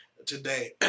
today